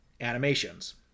animations